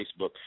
Facebook